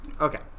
Okay